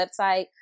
website